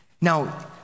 Now